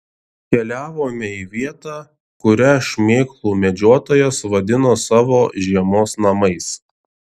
keliavome į vietą kurią šmėklų medžiotojas vadino savo žiemos namais